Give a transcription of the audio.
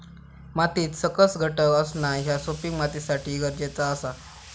मातीत सकस घटक असणा ह्या सुपीक मातीसाठी गरजेचा आसा